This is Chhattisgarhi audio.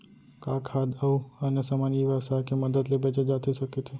का खाद्य अऊ अन्य समान ई व्यवसाय के मदद ले बेचे जाथे सकथे?